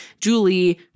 Julie